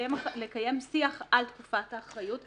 לקיים שיח על תקופת האחריות.